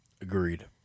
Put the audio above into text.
Agreed